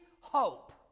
hope